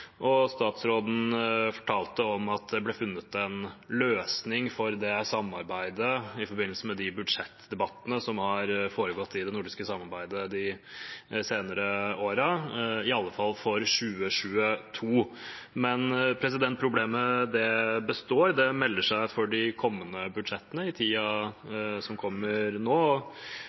region. Statsråden fortalte om at det ble funnet en løsning for det samarbeidet i forbindelse med de budsjettdebattene som har foregått i det nordiske samarbeidet de senere årene, i alle fall for 2022. Problemet består, og det melder seg for de kommende budsjettene i tiden som kommer nå.